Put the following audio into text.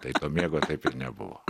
tai to miego taip ir nebuvo